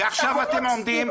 ועכשיו אתם עומדים,